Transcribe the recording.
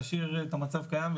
להשאיר את המצב קיים,